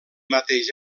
mateix